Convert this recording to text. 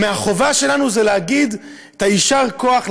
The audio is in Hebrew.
החובה שלנו היא להגיד את היישר כוח,